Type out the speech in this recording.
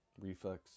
reflex